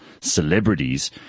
celebrities